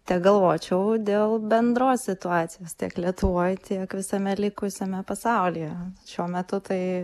tegalvočiau dėl bendros situacijos tiek lietuvoj tiek visame likusiame pasaulyje šiuo metu tai